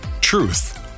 Truth